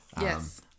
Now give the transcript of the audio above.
Yes